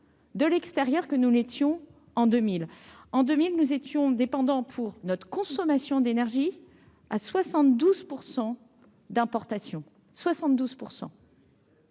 de l'extérieur que nous l'étions en 2000 en 2000 nous étions dépendant pour notre consommation d'énergie à 72 % d'importation 72 %.